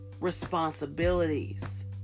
responsibilities